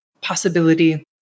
possibility